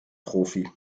profi